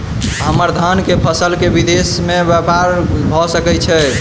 हम्मर धान केँ फसल केँ विदेश मे ब्यपार भऽ सकै छै?